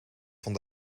van